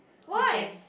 why